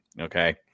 okay